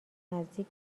نزدیک